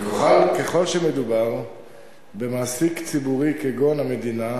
וככל שמדובר במעסיק ציבורי כגון המדינה,